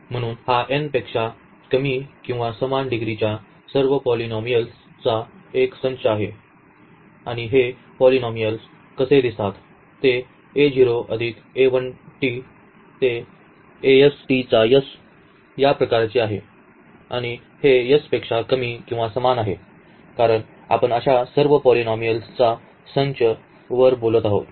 म्हणून हा n पेक्षा कमी किंवा समान डिग्रीच्या सर्व पॉलिनॉमीयलचा एक संच आहे आणि हे पॉलिनॉमीयल कसे दिसतात ते या प्रकारचे आहेत आणि हे s पेक्षा कमी किंवा समान आहे कारण आपण अशा सर्व पॉलिनॉमीयलचा संच वर बोलत आहोत